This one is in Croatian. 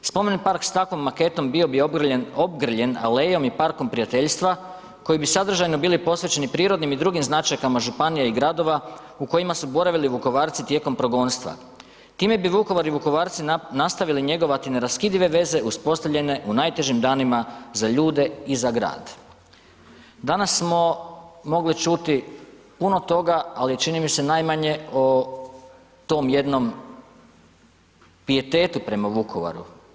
Spomen park s takvom maketom bio bi obgrljen alejom i parkom prijateljstva koje bi sadržajno bili posvećeni prirodnim i drugim značajkama županija i gradova u kojima su boravili Vukovarci tijekom progonstva, time bi Vukovar i Vukovarci nastavili njegovati neraskidive veze uspostavljene u najtežim danima za ljude i za grad.“ Danas smo mogli čuti puno toga, ali čini mi se najmanje o tom jednom pijetetu prema Vukovaru.